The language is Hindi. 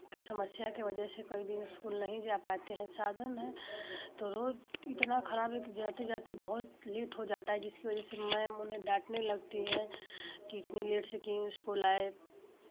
की समस्या की वजह से कई दिन इस्कूल नहीं जा पाते हैं साधन है तो रोड इतना खराब है कि जाते जाते बहुत लेट हो जाता है जिसकी वजह से मैम उन्हें डांटने लगती है कि इतनी लेट से क्यों इस्कूल आये